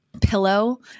Pillow